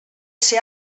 ser